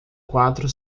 quatro